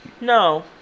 No